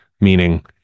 meaning